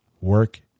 work